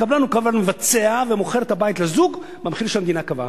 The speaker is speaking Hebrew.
הקבלן הוא קבלן מבצע ומוכר את הבית לזוג במחיר שהמדינה קבעה.